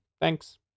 Thanks